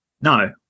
No